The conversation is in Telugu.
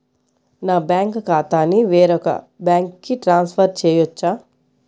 నా బ్యాంక్ ఖాతాని వేరొక బ్యాంక్కి ట్రాన్స్ఫర్ చేయొచ్చా?